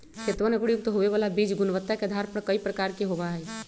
खेतवन में प्रयुक्त होवे वाला बीज गुणवत्ता के आधार पर कई प्रकार के होवा हई